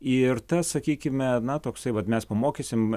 ir tas sakykime na toksai vat mes pamokysim